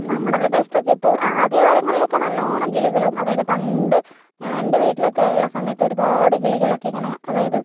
നമ്മടെ പ്രദേശത്തൊക്കെ ഇപ്പോൾ ആദ്യ കാലങ്ങളിലൊക്കെ നല്ലവണ്ണം കിളികളും അതായത് പണ്ട് ഞാൻ എൻ്റെ വീട്ടില് ഒക്കെ ഉള്ള സമയത്ത് ഒരുപാട് കിളികളൊക്കെ ഇങ്ങനെ അതായത്